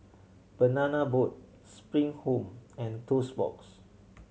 Banana Boat Spring Home and Toast Box